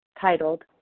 titled